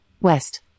west